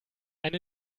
eine